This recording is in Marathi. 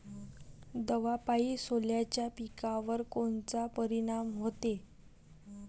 दवापायी सोल्याच्या पिकावर कोनचा परिनाम व्हते?